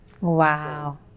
Wow